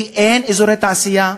כי אין אזורי תעשייה,